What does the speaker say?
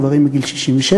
גברים בגיל 67,